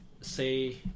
say